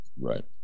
Right